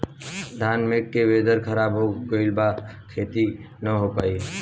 घन मेघ से वेदर ख़राब हो गइल बा खेती न हो पाई